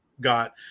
got